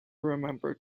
remember